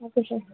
okay sir